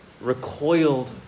recoiled